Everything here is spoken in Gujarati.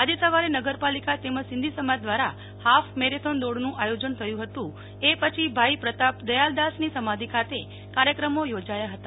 આજે સવારે નગરપાલિકા તેમજ સિંધી સમાજ દ્વારા ફાફ મેરેથોન દોડનું આયોજન થયું ફતું એ પણ ભાઈ પ્રતાપ દયાવરદાસ ની સમાધિ ખાતે કાર્યક્રમો યોજાયા હતા